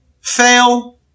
fail